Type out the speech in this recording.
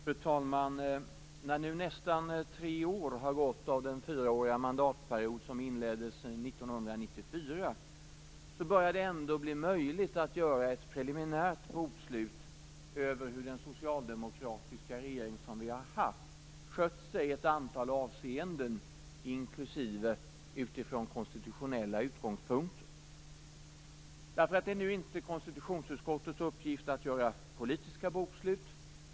Fru talman! När nu nästan tre år har gått av den fyraåriga mandatperiod som inleddes 1994 börjar det ändå bli möjligt att göra ett preliminärt bokslut över hur den socialdemokratiska regering som vi har haft har skött sig i ett antal avseenden, inklusive utifrån konstitutionella utgångspunkter. Det är nu inte konstitutionsutskottets uppgift att göra politiska bokslut.